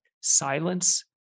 silence